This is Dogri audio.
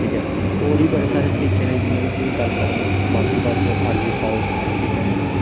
ठीक ऐ होर बी बड़े सारे तरीके न जियां में थुआढ़े ने गल्ल करां बद्ध तो बद्ध आलूं खाओ ठीक ऐ